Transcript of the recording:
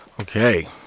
Okay